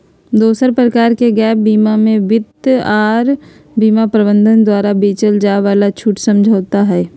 दोसर प्रकार के गैप बीमा मे वित्त आर बीमा प्रबंधक द्वारा बेचल जाय वाला छूट समझौता हय